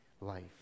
life